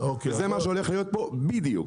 וזה מה שהולך להיות פה בדיוק.